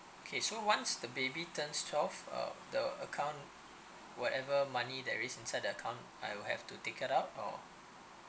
okay so once the baby turns twelve uh the account whatever money there is inside the account I'll have to take it out or